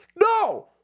No